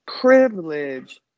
privilege